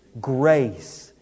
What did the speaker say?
Grace